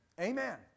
Amen